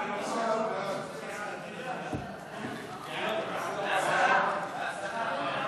ההצעה להעביר את הצעת חוק